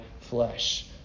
flesh